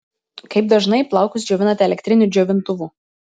kaip dažnai plaukus džiovinate elektriniu džiovintuvu